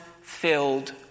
filled